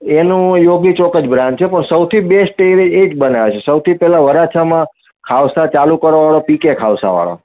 એનું યોગી ચોક જ બ્રાન્ચ છે પણ સૌથી બેસ્ટ એવે એ જ બનાવે છે સૌથી પહેલાં વરાછામાં ખાઉસા ચાલુ કરવાવાળો પીકે ખાઉસાવાળો